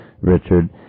Richard